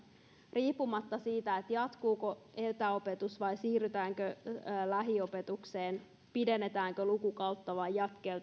riippumatta siitä jatkuuko etäopetus vai siirrytäänkö lähiopetukseen pidennetäänkö lukukautta vai